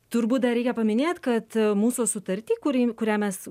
turbūt dar reikia paminėt kad mūsų sutarty kuri kurią mes